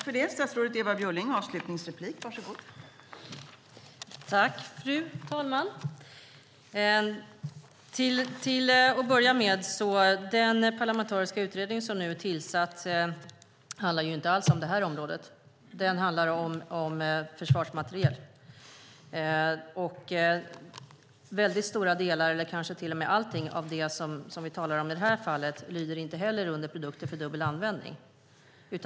Fru talman! Den parlamentariska utredning som nu är tillsatt handlar inte alls om detta område. Den handlar om försvarsmateriel. Väldigt stora delar, eller kanske till och med allting, av det vi talar om i det här fallet lyder inte heller under reglerna för produkter med dubbel användning.